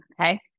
okay